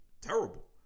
terrible